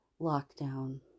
lockdown